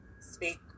speak